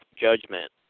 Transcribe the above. judgment